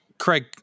Craig